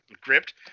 gripped